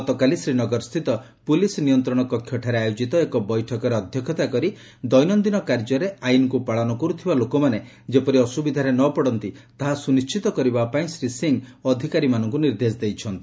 ଗତକାଲି ଶ୍ରୀନଗରସ୍ଥିତ ପୁଲିସ ନିୟନ୍ତ୍ରଣକକ୍ଷଠାରେ ଆୟୋଜିତ ଏକ ବୈଠକରେ ଅଧ୍ୟକ୍ଷତା କରି ଦଦିନନ୍ଦିନ କାର୍ଯ୍ୟରେ ଆଇନ୍କୁ ପାଳନ କରୁଥିବା ଲୋକମାନେ ଯେପରି ଅସୁବିଧାରେ ନପଡନ୍ତି ତାହା ସୁନିଶ୍ଚିତ କରିବା ପାଇଁ ଶ୍ରୀ ସିଂ ଅଧିକାରୀମାନଙ୍କୁ ନିର୍ଦ୍ଦେଶ ଦେଇଛନ୍ତି